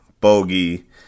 Bogey